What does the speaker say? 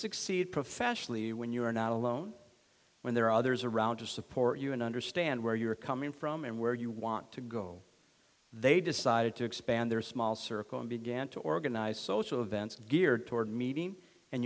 succeed professionally when you are not alone when there are others around to support you and understand where you're coming from and where you want to go they decided to expand their small circle and began to organize social events geared toward meeting and